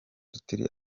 turi